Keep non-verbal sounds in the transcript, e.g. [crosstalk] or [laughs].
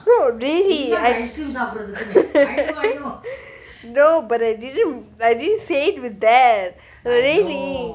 no really [laughs] no but I didn't say with that really